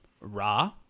Ra